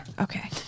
Okay